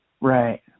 Right